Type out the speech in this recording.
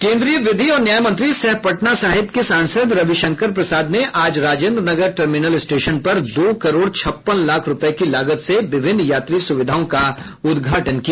केन्द्रीय विधि और न्याय मंत्री सह पटना साहिब के सांसद रविशंकर प्रसाद ने आज राजेन्द्र नगर टर्मिनल स्टेशन पर दो करोड़ छप्पन लाख रूपये की लागत से विभिन्न यात्री सुविधाओं का उद्घाटन किया